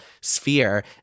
sphere